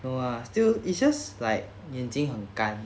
!wah! still it's just like 眼睛很干